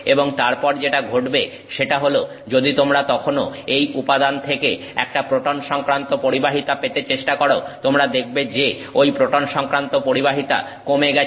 এবং তারপর যেটা ঘটবে সেটা হল যদি তোমরা তখনও এই উপাদান থেকে একটা প্রোটন সংক্রান্ত পরিবাহিতা পেতে চেষ্টা করো তোমরা দেখবে যে ঐ প্রোটন সংক্রান্ত পরিবাহিতা কমে গেছে